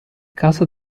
causa